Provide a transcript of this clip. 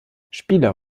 spieler